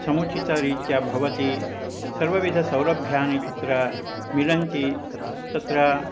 समुचितरीत्या भवति सर्वविधसौलभ्यानि तत्र मिलन्ति तत्र